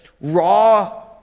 raw